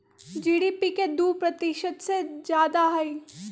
GDP के दु प्रतिशत से जादा हई